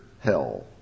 hell